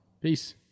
Peace